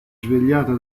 svegliata